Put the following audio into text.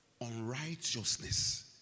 unrighteousness